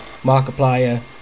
Markiplier